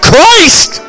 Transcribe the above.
Christ